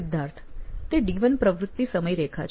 સિદ્ધાર્થ તે D1 પ્રવૃત્તિ સમયરેખા છે